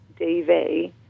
DV